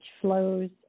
flows